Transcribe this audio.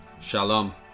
Shalom